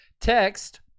text